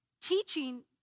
teaching